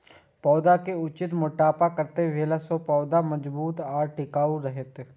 पौधा के उचित मोटापा कतेक भेला सौं पौधा मजबूत आर टिकाऊ हाएत?